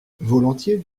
volontiers